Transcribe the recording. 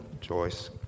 Joyce